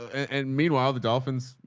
and meanwhile, the dolphins,